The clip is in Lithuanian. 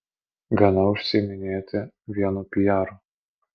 gana užsiiminėti vienu pijaru